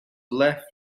left